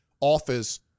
office